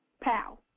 pow